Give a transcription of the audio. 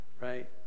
right